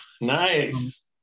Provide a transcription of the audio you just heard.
nice